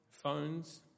phones